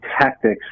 tactics